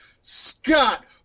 Scott